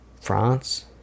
France